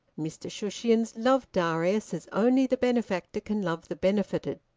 mr shushions loved darius as only the benefactor can love the benefited.